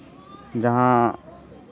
ᱡᱟᱦᱟᱸ